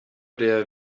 der